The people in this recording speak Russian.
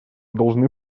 должны